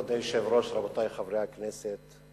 כבוד היושב-ראש, רבותי חברי הכנסת,